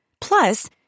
Plus